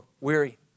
weary